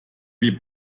wie